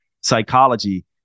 psychology